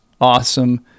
awesome